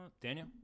Daniel